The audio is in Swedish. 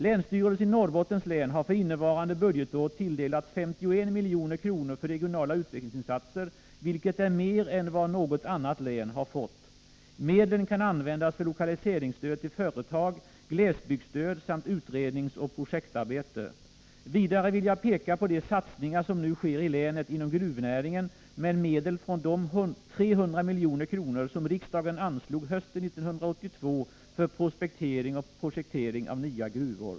Länsstyrelsen i Norrbottens län har för innevarande budgetår tilldelats 51 milj.kr. för regionala utvecklingsinsatser, vilket är mer än vad något annat län har fått. Medlen kan användas för lokaliseringsstöd till företag, glesbygdsstöd samt utredningsoch projektarbete. Vidare vill jag peka på de satsningar som nu sker i länet inom gruvnäringen med medel från de 300 milj.kr. som riksdagen anslog hösten 1982 för prospektering och projektering av nya gruvor.